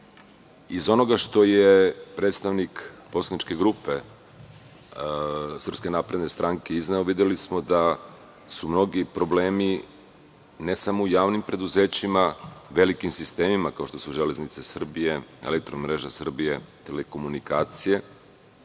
onoga što je predstavnik poslaničke grupe SNS izneo, videli smo da su mnogi problemi, ne samo u javnim preduzećima, velikim sistemima kao što su „Železnice Srbije“, „Elektromreža Srbije“, telekomunikacije,